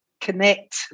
connect